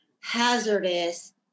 hazardous